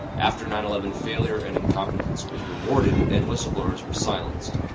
after nine eleven failure and incompetence was rewarded, and whistle-blowers were silenced.